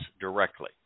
directly